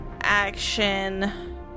action